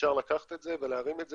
אפשר לקחת את זה ולהרים את זה.